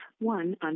one